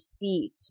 feet